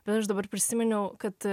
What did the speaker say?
bet aš dabar prisiminiau kad